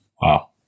Wow